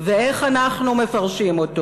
ואיך אנחנו מפרשים אותו